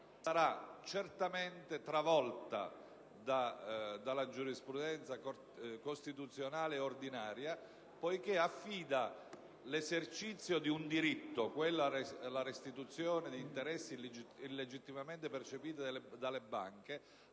sarà certamente travolta dalla giurisprudenza costituzionale e ordinaria, poiché affida l'esercizio di un diritto - quello alla restituzione di interessi illegittimamente percepiti dalle banche